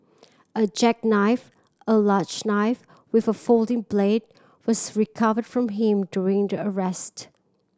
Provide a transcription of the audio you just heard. a jackknife a large knife with a folding blade was recovered from him during the arrest